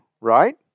right